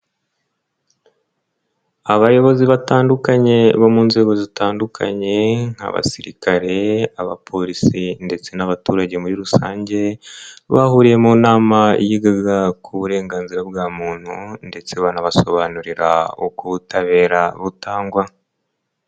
Abayobozi batandukanye bo mu nzego zitandukanye nk'abasirikare, abapolisi ndetse n'abaturage muri rusange, bahuriye mu nama yigaga ku burenganzira bwa muntu ndetse banabasobanurira uko ubutabera butangwa.